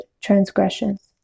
transgressions